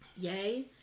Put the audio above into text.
yay